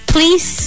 Please